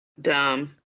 Dumb